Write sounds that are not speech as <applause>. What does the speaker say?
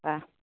<unintelligible>